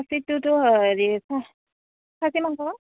খাচীটোতো হেৰি খাচী মাংস